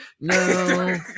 No